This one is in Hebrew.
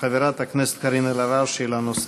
אפשר אחרי זה שאלה נוספת?